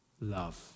love